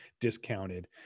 discounted